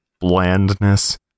blandness